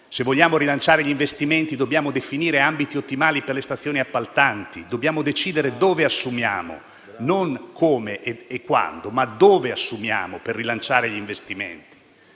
Se vogliamo rilanciare gli investimenti, dobbiamo definire ambiti ottimali per le stazioni appaltanti e dobbiamo decidere dove assumiamo: non come e quando, ma dove assumiamo per rilanciare gli investimenti.